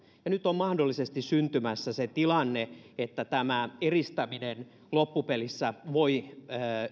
nyt on mahdollisesti syntymässä se tilanne että tämä eristäminen loppupelissä voi